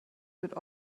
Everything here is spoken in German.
wird